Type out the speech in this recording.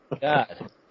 God